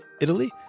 Italy